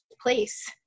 place